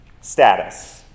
status